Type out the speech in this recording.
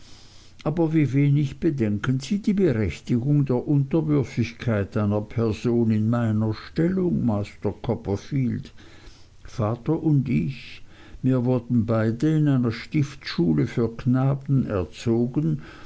aber wie wenig bedenken sie die berechtigung der unterwürfigkeit einer person in meiner stellung master copperfield vater und ich mir wurden beide in einer stiftschule für knaben erzogen